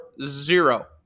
zero